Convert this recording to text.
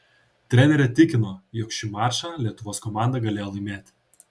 trenerė tikino jog šį mačą lietuvos komanda galėjo laimėti